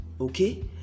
okay